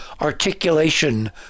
articulation